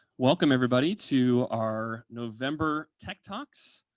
welcome, everybody, to our november tech talks,